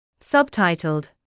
Subtitled